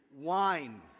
wine